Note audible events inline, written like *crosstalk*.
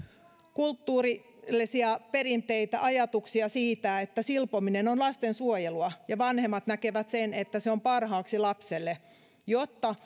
kulttuurillisia perinteitä ajatuksia siitä että silpominen on lasten suojelua ja vanhemmat näkevät että se on parhaaksi lapselle jotta *unintelligible*